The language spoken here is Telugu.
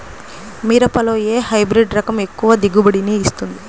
మిరపలో ఏ హైబ్రిడ్ రకం ఎక్కువ దిగుబడిని ఇస్తుంది?